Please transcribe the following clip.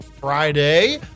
Friday